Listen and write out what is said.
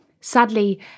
Sadly